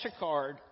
MasterCard